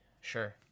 sure